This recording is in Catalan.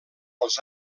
als